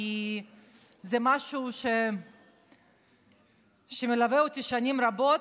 כי זה משהו שמלווה אותי שנים רבות,